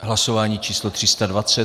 Hlasování číslo 320.